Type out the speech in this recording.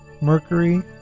Mercury